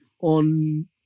on